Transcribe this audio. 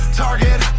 target